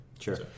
Sure